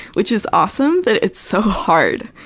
which is awesome, but it's so hard.